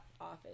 office